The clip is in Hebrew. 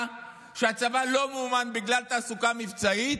שהצבא לא מאומן בגלל תעסוקה מבצעית,